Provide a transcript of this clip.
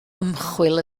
ymchwil